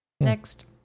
Next